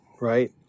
right